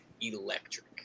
electric